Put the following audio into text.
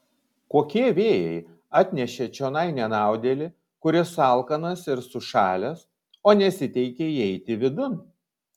kokie vėjai atnešė čionai nenaudėlį kuris alkanas ir sušalęs o nesiteikia įeiti vidun